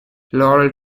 laurel